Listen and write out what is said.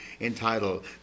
entitled